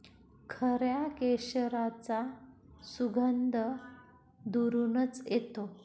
खऱ्या केशराचा सुगंध दुरूनच येतो